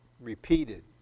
repeated